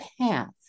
path